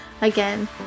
again